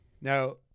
Now